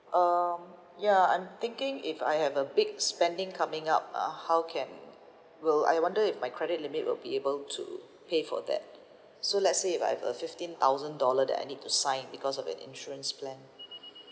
um ya I'm thinking if I have a big spending coming up uh how can will I wonder if my credit limit will be able to pay for that so let's say like I have a fifteen thousand dollar that I need to sign because of an insurance plan